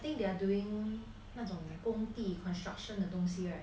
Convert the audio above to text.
I think they are doing 那种的工地 construction 的东西 right